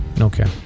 Okay